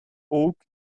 oak